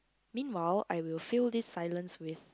meanwhile I will fill this silence with